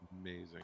amazing